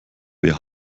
wer